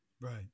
right